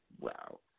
Wow